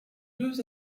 deux